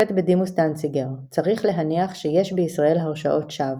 השופט בדימוס דנציגר "צריך להניח שיש בישראל הרשעות שווא",